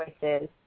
choices